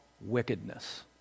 wickedness